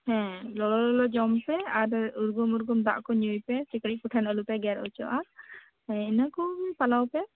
ᱦᱮᱸ ᱞᱚᱞᱚ ᱡᱚᱢ ᱯᱮ ᱟᱨ ᱩᱨᱜᱩᱢ ᱩᱨᱜᱩᱢ ᱫᱟᱜ ᱠᱚ ᱧᱩᱭ ᱯᱮ ᱥᱤᱠᱲᱤᱡᱽ ᱠᱚᱴᱷᱮᱱ ᱟᱞᱩᱯᱮ ᱜᱮᱨ ᱚᱪᱚᱜᱼᱟ ᱤᱱᱟᱹ ᱠᱚᱜᱮ ᱯᱟᱞᱟᱣ ᱯᱮ